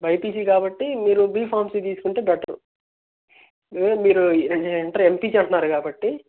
BiPC కాబట్టి మీరు B Pharmacy తీసుకుంటే బెటరు లేదు మీరు ఇంటరు ఎంపీసీ అంటున్నారు కాబట్టి